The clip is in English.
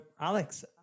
Alex